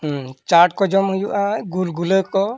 ᱦᱮᱸ ᱪᱟᱴ ᱠᱚ ᱡᱚᱢ ᱦᱩᱭᱩᱜᱼᱟ ᱜᱩᱞᱜᱩᱞᱟᱹ ᱠᱚ